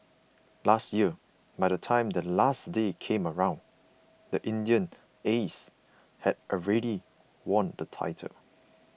last year by the time the last day came around the Indian Aces had already won the title